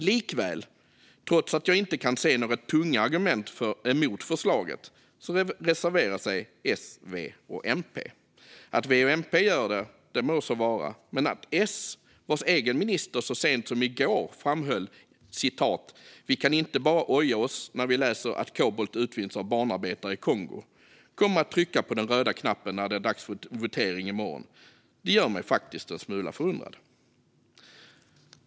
Likväl, trots att jag inte kan se några tunga argument mot förslaget, reserverar sig S, V och MP. Att V och MP gör det må så vara. Men att S - vars egen minister så sent som i går framhöll att "vi kan inte bara oja oss när vi läser att kobolt utvinns av barnarbetare i Kongo" - kommer att trycka på den röda knappen när det är dags för votering i morgon, det gör mig faktiskt en smula förundrad.